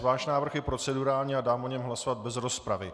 Váš návrh je procedurální a dám o něm hlasovat bez rozpravy.